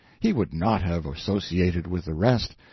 he would not have associated with the rest,